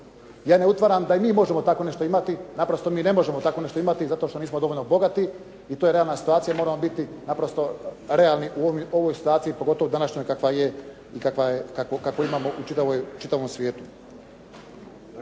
Ja ne utvaram da i mi možemo tako nešto imati, naprosto mi ne možemo takvo nešto imati zato što nismo dovoljno bogati i to je realna situacija i moramo biti naprosto realni u ovoj situaciji pogotovo u današnjoj kakva je i kakvu imamo u čitavom svijetu.